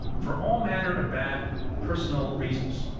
for all manner of bad personal reasons.